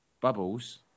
Bubbles